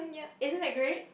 isn't that great